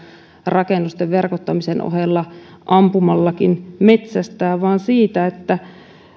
rakennusten verkottamisen ohella ampumallakin metsästää vaan